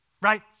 Right